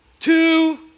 Two